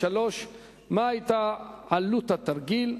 3. מה היתה עלות התרגיל?